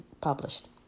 published